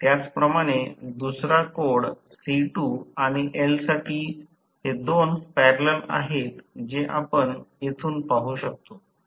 त्याचप्रमाणे दुसरा code C2 आणि L साठी हे दोन पॅरलल आहेत जे आपण येथून पाहू शकतो